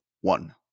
one